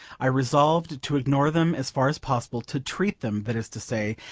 i resolved to ignore them as far as possible to treat them, that is to say,